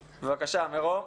בבקשה, מרום.